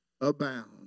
abound